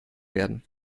werden